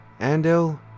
Andel